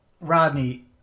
Rodney